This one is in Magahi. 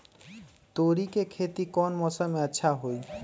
तोड़ी के खेती कौन मौसम में अच्छा होई?